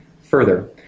Further